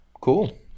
cool